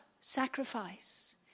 sacrifice